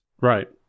Right